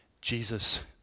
Jesus